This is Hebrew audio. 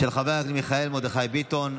של חבר הכנסת מיכאל מרדכי ביטון.